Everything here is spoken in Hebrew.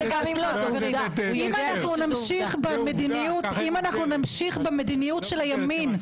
אם נמשיך במדיניות של הימין,